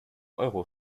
euro